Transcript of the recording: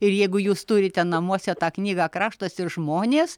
ir jeigu jūs turite namuose tą knygą kraštas ir žmonės